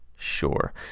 Sure